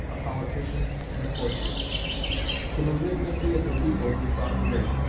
a politician, and a courtier the malignity of the people he thought great.